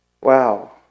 wow